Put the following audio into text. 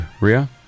Ria